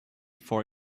for